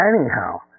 anyhow